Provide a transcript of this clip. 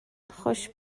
خوش